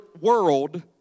world